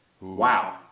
Wow